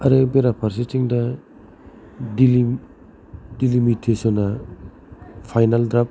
आरो बेराफारसेथिं दा दिल्लि लिमिटेसना फाइनाल द्राफ्ट